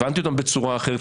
הבנתי אותן בצורה אחרת.